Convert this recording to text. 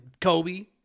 Kobe